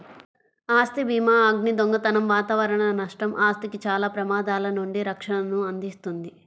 ఆస్తి భీమాఅగ్ని, దొంగతనం వాతావరణ నష్టం, ఆస్తికి చాలా ప్రమాదాల నుండి రక్షణను అందిస్తుంది